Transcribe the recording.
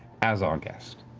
as our guest.